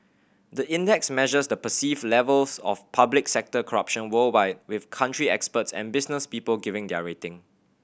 the index measures the perceived levels of public sector corruption worldwide with country experts and business people giving their rating